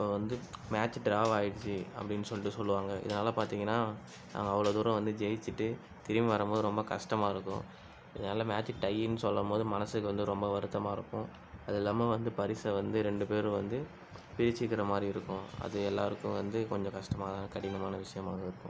இப்போ வந்து மேட்ச் ட்ராவாயிடுச்சு அப்படினு சொல்லிட்டு சொல்லுவாங்க இதனால் பார்த்தீங்கனா நாங்கள் அவ்வளோ தூரம் வந்து ஜெயிச்சுட்டு திரும்பி வரும்போது ரொம்ப கஷ்டமாயிருக்கும் இதனால் மேட்ச் டையினு சொல்லும்போது மனசுக்கு வந்து ரொம்ப வருத்தமாக இருக்கும் அதில்லாமல் வந்து பரிசை வந்து ரெண்டு பேரும் வந்து பிரிச்சுக்கிற மாதிரி இருக்கும் அது எல்லாருக்கும் வந்து கொஞ்சம் கஷ்டமாகதான் கடினமான விஷயமாகதான் இருக்கும்